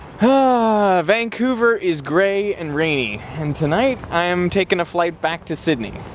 huh, vancouver is great and rainy, and tonight i'm taking a flight back to sedney.